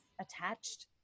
attached